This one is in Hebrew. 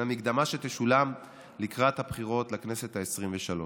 מהמקדמה שתשולם לקראת הבחירות לכנסת העשרים-ושלוש,